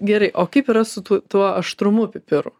gerai o kaip yra su tu tuo aštrumu pipirų